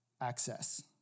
access